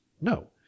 No